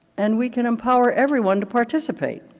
and we can empower everyone to participate.